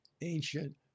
ancient